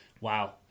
wow